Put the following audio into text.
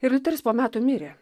ir liuteris po metų mirė